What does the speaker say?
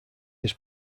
his